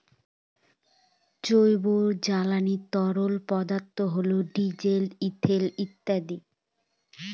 জৈব জ্বালানি তরল পদার্থ হল ডিজেল, ইথানল ইত্যাদি